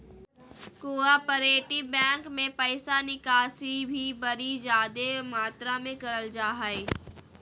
cooperative bank मे पैसा निकासी भी बड़ी जादे मात्रा मे करल जा हय